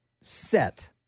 set